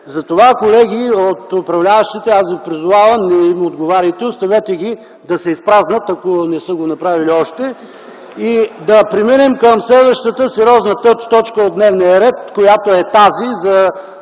Затова, колеги от управляващите, аз ви призовавам: не им отговаряйте, оставете ги да се изпразнят, ако не са го направили още. (Оживление.) И да преминем към следващата сериозна точка от дневния ред, която е тази –